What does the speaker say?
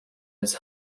his